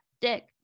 Dick